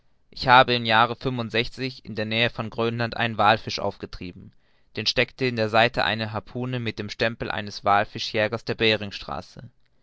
ich habe im jahre fünfundsechzig in der nähe von grönland einen wallfisch aufgetrieben dem steckte in der seite eine harpune mit dem stempel eines wallfischjägers der